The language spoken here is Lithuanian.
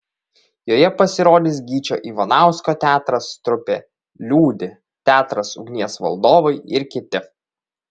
joje pasirodys gyčio ivanausko teatras trupė liūdi teatras ugnies valdovai ir kiti